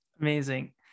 Amazing